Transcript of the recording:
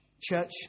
Church